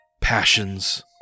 Passions